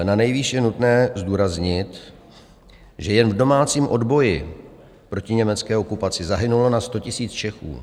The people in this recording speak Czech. Nanejvýše je nutné zdůraznit, že jen v domácím odboji proti německé okupaci zahynulo na 100 000 Čechů.